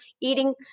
eating